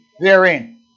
therein